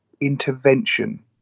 intervention